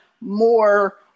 more